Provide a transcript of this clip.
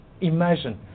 imagine